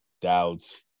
Doubts